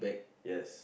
yes